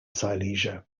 silesia